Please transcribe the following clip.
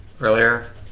earlier